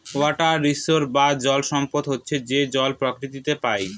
water resource বা জল সম্পদ হচ্ছে যে জল প্রকৃতিতে পাই